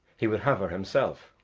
he would have her himself,